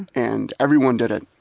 and everyone did it,